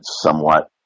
somewhat